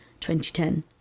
2010